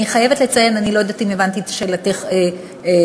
אני לא יודעת אם הבנתי את שאלתך כלשונה,